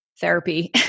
therapy